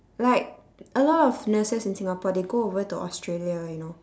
like a lot of nurses in singapore they go over to australia you know